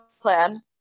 plan